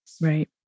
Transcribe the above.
Right